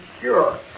sure